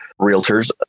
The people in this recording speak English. realtors